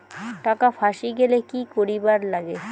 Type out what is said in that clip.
টাকা ফাঁসি গেলে কি করিবার লাগে?